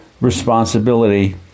responsibility